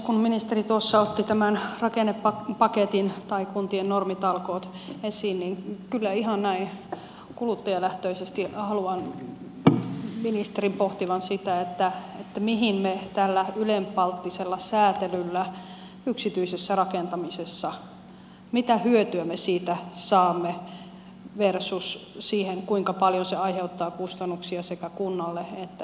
kun ministeri tuossa otti tämän rakennepaketin tai kuntien normitalkoot esiin niin kyllä ihan näin kuluttajalähtöisesti haluan ministerin pohtivan sitä mihin me tällä ylenpalttisella säätelyllä yksityisessä rakentamisessa tähtäämme mitä hyötyä me siitä saamme versus siihen kuinka paljon se aiheuttaa kustannuksia sekä kunnalle että yksityisille ihmisille